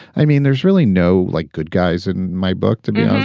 i mean, there's really no like good guys in my book, to be